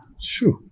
sure